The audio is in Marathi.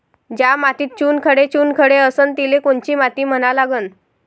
ज्या मातीत चुनखडे चुनखडे असन तिले कोनची माती म्हना लागन?